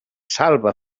salva